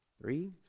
Three